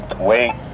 Wait